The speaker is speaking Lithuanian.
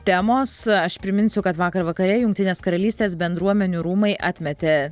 temos aš priminsiu kad vakar vakare jungtinės karalystės bendruomenių rūmai atmetė